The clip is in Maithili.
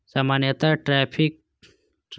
सामान्यतः टैरिफ टैक्स आयातित वस्तु पर लगाओल जाइ छै